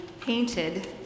painted